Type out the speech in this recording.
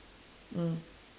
mm